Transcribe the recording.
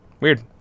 Weird